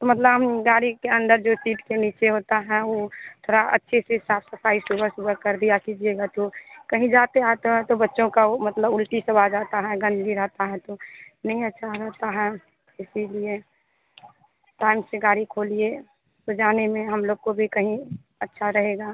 तो मतलब हम गाड़ी के अंदर जो सीट के नीचे होता है वो थोड़ा अच्छे से साफ सफाई सुबह सुबह कर दिया कीजिएगा तो कहीं जाते आते हैं तो बच्चों का वो मतलब उल्टी सब आ जाता है गंदगी रहता है तो नहीं अच्छा रहेता है इसलिए टाइम से गाड़ी खोलिए तो जाने में हम लोग को भी कहीं अच्छा रहेगा